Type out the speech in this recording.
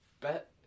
Bet